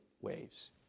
waves